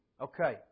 Okay